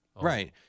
Right